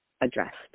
addressed